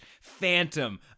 phantom